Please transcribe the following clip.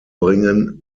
bringen